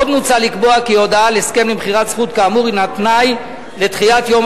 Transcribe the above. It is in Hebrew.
עוד מוצע לקבוע כי הודעה על הסכם למכירת זכות כאמור הינה תנאי לדחיית יום